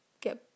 get